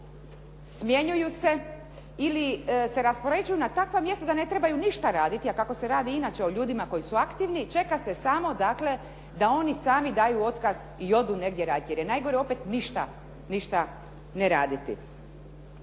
smjenjuju se ili se raspoređuju na takva mjesta da ne trebaju ništa raditi, a kako se radi inače o ljudima koji su aktivni čeka se samo dakle, da oni sami daju otkaz i odu negdje raditi. Jer je najgore opet ništa ne raditi.